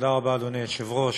אדוני היושב-ראש,